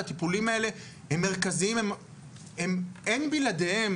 הטיפולים האלה הם מרכזיים אין בלעדיהם